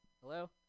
Hello